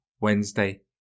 Wednesday